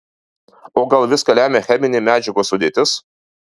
o gal viską lemia cheminė medžiagos sudėtis